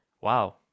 wow